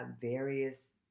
various